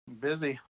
busy